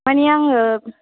माने आङो